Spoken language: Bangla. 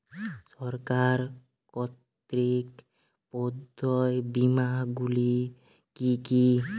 সরকার কর্তৃক প্রদত্ত বিমা গুলি কি কি?